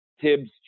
Tibbs